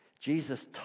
Jesus